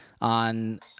on